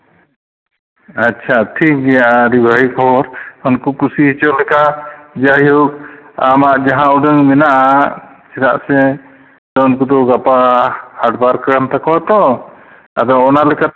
ᱟᱪᱪᱷᱟ ᱴᱷᱤᱠᱜᱮᱭᱟ ᱟᱹᱰᱤ ᱵᱷᱟᱹᱜᱤ ᱠᱷᱚᱵᱚᱨ ᱩᱱᱠᱩ ᱠᱩᱥᱤ ᱦᱚᱪᱚ ᱞᱮᱠᱟ ᱡᱟᱭᱦᱳᱠ ᱟᱢᱟᱜ ᱡᱟᱦᱟᱸ ᱩᱰᱟᱹᱝ ᱢᱮᱱᱟᱜᱼᱟ ᱪᱮᱫᱟᱜ ᱥᱮ ᱩᱱᱠᱩ ᱫᱚ ᱜᱟᱯᱟ ᱦᱟᱴ ᱵᱟᱨ ᱠᱟᱱ ᱛᱟᱠᱚᱣᱟ ᱛᱚ ᱟᱫᱚ ᱚᱱᱟ ᱞᱮᱠᱟᱛᱮ